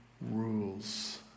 rules